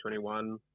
2021